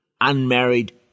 unmarried